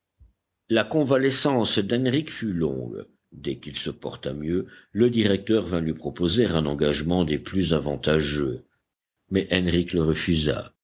la convalescence d'henrich fut longue dès qu'il se porta mieux le directeur vint lui proposer un engagement des plus avantageux mais henrich le refusa